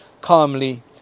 calmly